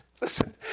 listen